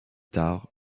tard